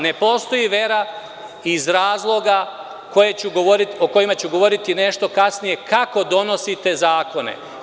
Ne postoji vera iz razloga o kojima ću govoriti nešto kasnije, a to je kako donosite zakone.